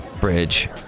Bridge